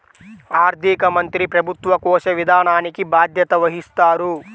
ఆర్థిక మంత్రి ప్రభుత్వ కోశ విధానానికి బాధ్యత వహిస్తారు